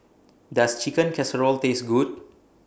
Does Chicken Casserole Taste Good